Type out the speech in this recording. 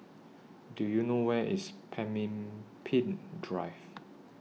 Do YOU know Where IS Pemimpin Drive